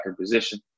position